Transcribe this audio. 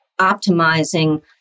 optimizing